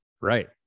Right